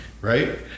right